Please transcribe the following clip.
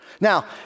Now